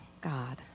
God